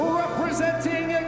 representing